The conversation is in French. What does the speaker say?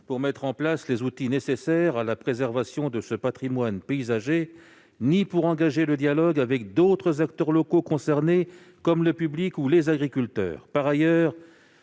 pour mettre en place les outils nécessaires à la préservation de ce patrimoine paysager ni pour engager le dialogue avec d'autres acteurs locaux concernés comme le public ou les agriculteurs. Par ailleurs,